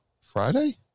Friday